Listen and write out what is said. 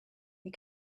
you